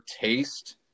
taste